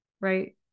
right